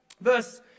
Verse